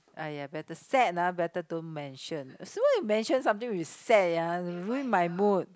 !aiya! better sad ah better don't mention so why you mention something with sad yeah ruin my mood